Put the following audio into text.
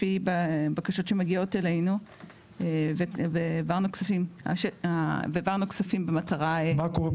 לפי בקשות שמגיעות אלינו והעברנו כספים במטרה --- מה קורה,